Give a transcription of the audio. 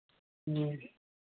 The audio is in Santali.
ᱦᱮᱸ